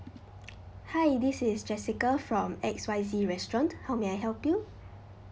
hi this is jessica from X Y Z restaurant how may I help you